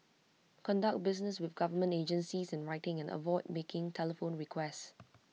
conduct business with government agencies in writing and avoid making telephone requests